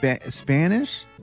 Spanish